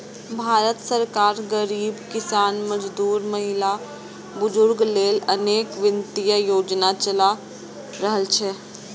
भारत सरकार गरीब, किसान, मजदूर, महिला, बुजुर्ग लेल अनेक वित्तीय योजना चला रहल छै